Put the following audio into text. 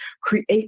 create